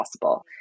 possible